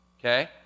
Okay